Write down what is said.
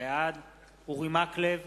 בעד אורי מקלב,